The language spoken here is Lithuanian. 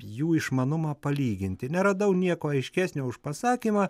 jų išmanumą palyginti neradau nieko aiškesnio už pasakymą